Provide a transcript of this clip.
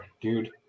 dude